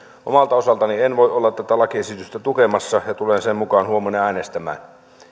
omalta osaltani en voi olla tätä lakiesitystä tukemassa ja tulen sen mukaan huomenna äänestämään